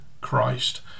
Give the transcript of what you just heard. Christ